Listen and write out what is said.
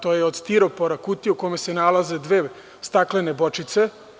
To je od stiropora kutija u kojoj se nalaze dve staklene bočice.